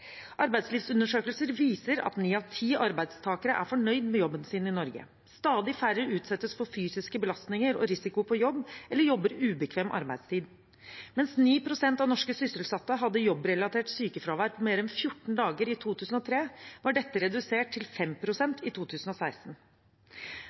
Arbeidslivsundersøkelser viser at ni av ti arbeidstakere er fornøyd med jobben sin i Norge. Stadig færre utsettes for fysiske belastninger og risiko på jobb eller jobber ubekvem arbeidstid. Mens 9 pst. av norske sysselsatte hadde jobbrelatert sykefravær på mer enn 14 dager i 2003, var dette redusert til